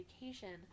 vacation